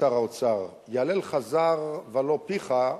לשר האוצר: יהללך זר ולא פיך.